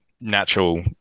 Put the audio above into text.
natural